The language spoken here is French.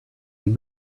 yeux